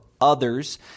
others